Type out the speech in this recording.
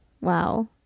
wow